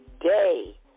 day